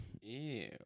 Ew